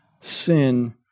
sin